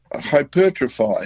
hypertrophied